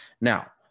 now